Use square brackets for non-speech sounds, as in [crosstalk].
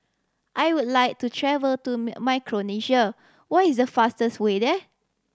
I would like to travel to [unintelligible] Micronesia what is the fastest way there